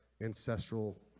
ancestral